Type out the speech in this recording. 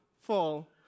fall